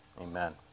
Amen